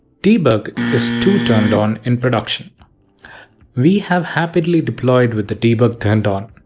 debug is too turned on in production we have happily deployed with the debug turned on.